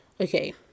okay